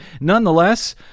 Nonetheless